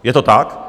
Je to tak.